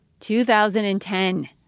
2010